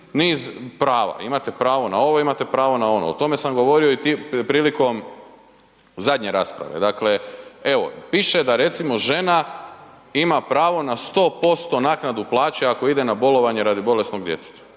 niz prava. Imate pravo na ovo, imate pravo na ono, o tome sam govorio i prilikom zadnje rasprave. Dakle, evo piše da recimo žena ima pravo na 100% naknadu plaće ako ide na bolovanje radi bolesnog djeteta,